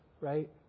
right